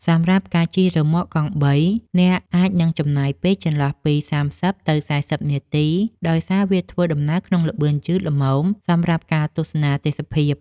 សម្រាប់ការជិះរ៉ឺម៉កកង់បី អ្នកអាចនឹងចំណាយពេលចន្លោះពី ៣០ ទៅ ៤០ នាទី ដោយសារវាធ្វើដំណើរក្នុងល្បឿនយឺតល្មមសម្រាប់ការទស្សនាទេសភាព។